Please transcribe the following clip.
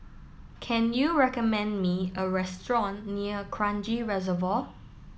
can you recommend me a restaurant near Kranji Reservoir